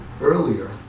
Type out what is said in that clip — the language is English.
earlier